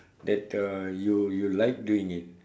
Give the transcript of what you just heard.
that uh you you like doing it